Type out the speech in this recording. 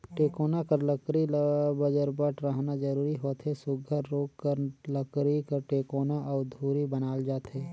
टेकोना कर लकरी ल बजरबट रहना जरूरी होथे सुग्घर रूख कर लकरी कर टेकोना अउ धूरी बनाल जाथे